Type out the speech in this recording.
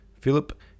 Philip